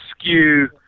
skew